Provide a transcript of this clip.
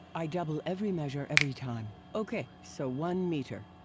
i double every measure every time. ok, so one meter.